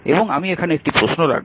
এবং আমি এখানে একটি প্রশ্ন রাখব